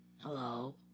Hello